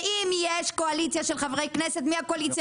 ואם יש קואליציה של חברי כנסת מהקואליציה